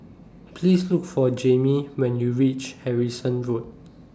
Please Look For Jaime when YOU REACH Harrison Road